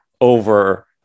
over